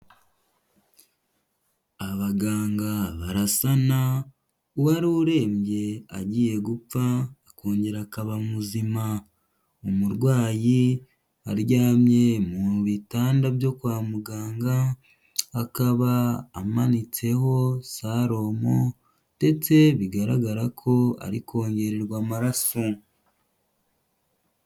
Abaganga barasana uwari urembye agiye gupfa akongera akaba muzima, umurwayi aryamye mu bitanda byo kwa muganga, akaba amanitseho salomo ndetse bigaragara ko ari kongererwa amaraso.